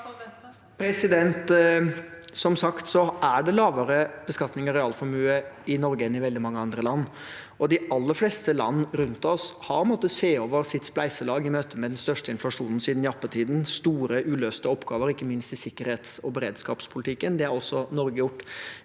Som sagt er det lavere beskatning av realformue i Norge enn i veldig mange andre land, og de aller fleste land rundt oss har måttet se over sitt spleiselag i møte med den største inflasjonen siden jappetiden – med store uløste oppgaver, ikke minst i sikkerhets- og beredskapspolitikken. Det har også Norge gjort.